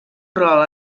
rol